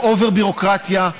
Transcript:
לא אובר-ביורוקרטיה.